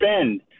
spend